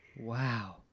Wow